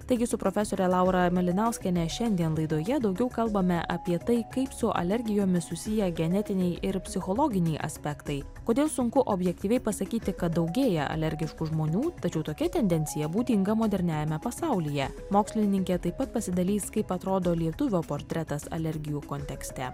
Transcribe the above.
taigi su profesore laura malinauskiene šiandien laidoje daugiau kalbame apie tai kaip su alergijomis susiję genetiniai ir psichologiniai aspektai kodėl sunku objektyviai pasakyti kad daugėja alergiškų žmonių tačiau tokia tendencija būdinga moderniajame pasaulyje mokslininkė taip pat pasidalys kaip atrodo lietuvio portretas alergijų kontekste